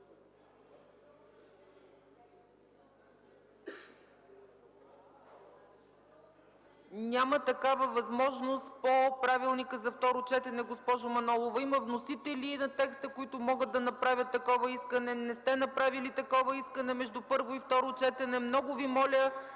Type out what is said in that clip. Няма такава възможност по правилника за второ четене, госпожо Манолова. Има вносители на текста, които могат да направят такова искане. Не сте направили такова искане между първо и второ четене. Много Ви моля,